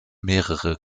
mehrere